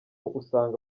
usanga